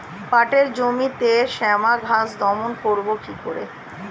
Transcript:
পাটের জমিতে শ্যামা ঘাস দমন করবো কি করে?